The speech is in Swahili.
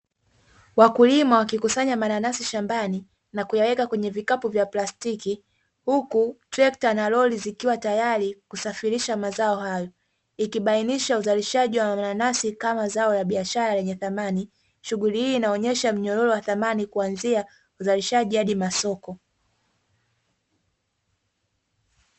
Wakulima wakikusanya mananasi shambani na kuyaweka kwenye vikapu vya plastiki, huku trekta na lori zikiwa tayari kusafirisha mazao hayo, ikibainisha uzalishaji wa mananasi kama zao la biashara lenye thamani. Shughuli hii inaonyesha mnyororo wa thamani kuanzia uzalishaji hadi masoko.